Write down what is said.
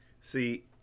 See